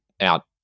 out